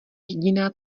jediná